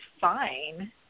fine